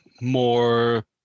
more